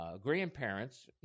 grandparents